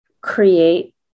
create